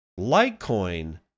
Litecoin